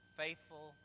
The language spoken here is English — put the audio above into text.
faithful